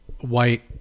white